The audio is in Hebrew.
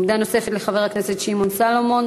עמדה נוספת לחבר הכנסת שמעון סולומון,